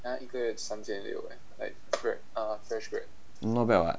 not bad [what]